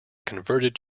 converted